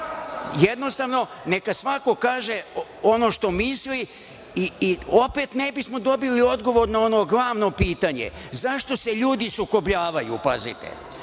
Jednostavno neka svako kaže ono što misli i opet ne bismo dobili odgovor na ono glavno pitanje. Zašto se ljudi sukobljavaju? Vi